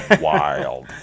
wild